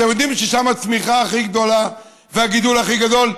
אתם יודעים ששם הצמיחה הכי גדולה והגידול הכי גדול.